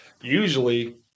usually